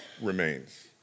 remains